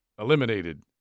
eliminated